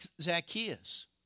Zacchaeus